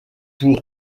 pour